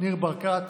ניר ברקת,